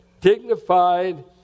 dignified